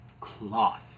Cloth